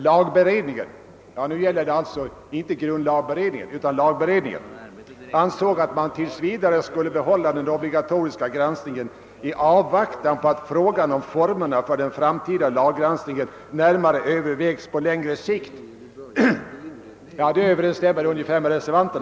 Lagberedningen — det gäller alltså nu inte grundlagberedningen — ansåg att man tills vidare skulle behålla den obligatoriska granskningen »i avvaktan på att frågan om formerna för den framtida laggranskningen närmare övervägs på längre sikt». Denna mening överensstämmer med reservanternas uppfattning.